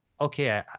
okay